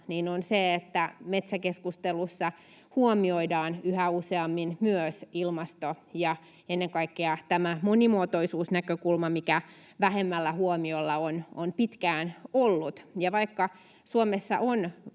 on se, että metsäkeskustelussa huomioidaan yhä useammin myös ilmasto ja ennen kaikkea monimuotoisuusnäkökulma, mikä vähemmällä huomiolla on pitkään ollut. Ja vaikka Suomessa on